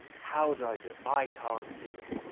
how do i do it? i can't do it!